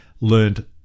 learned